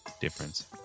difference